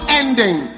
ending